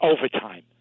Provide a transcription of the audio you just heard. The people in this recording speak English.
overtime